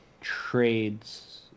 trades